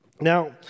Now